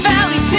Valley